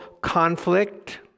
conflict